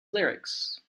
lyrics